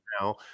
now